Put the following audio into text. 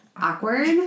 awkward